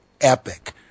epic